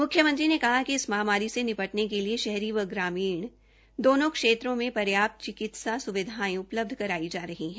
म्ख्यमंत्री ने कहा कि इस महामारी से निपटने के लिए शहरी व ग्रामीण दोनों क्षेंत्रों में पर्याप्त चिकित्सा स्विधायें उपलब्ध कराई जा रही है